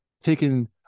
taking